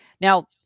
Now